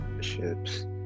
ships